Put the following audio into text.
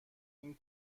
این